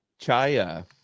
chaya